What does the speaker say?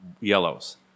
yellows